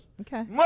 Okay